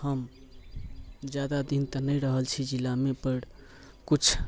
हम जादा दिन तऽ नहि रहल छी जिलामे पर कुछ